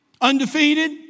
undefeated